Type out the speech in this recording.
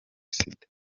sida